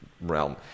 realm